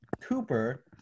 Cooper